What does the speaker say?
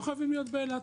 לא חייבים להיות באילת.